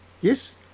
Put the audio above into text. yes